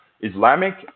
Islamic